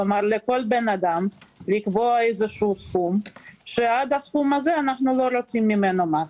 כלומר לכל בן אדם לקבוע סכום כלשהו שעד אליו אנו לא רוצים ממנו מס.